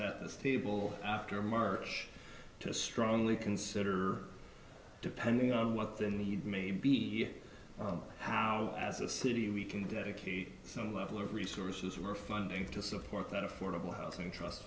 needs at this table after march to strongly consider depending on what the need may be how as a city we can dedicate some level of resources or more funding to support that affordable housing trust